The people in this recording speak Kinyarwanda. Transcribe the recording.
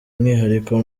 umwihariko